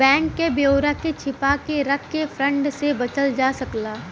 bank क ब्यौरा के छिपा के रख से फ्रॉड से बचल जा सकला